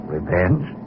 Revenge